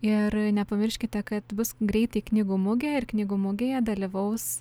ir nepamirškite kad bus greitai knygų mugė ir knygų mugėje dalyvaus